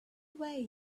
way